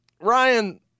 Ryan